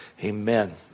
Amen